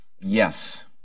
yes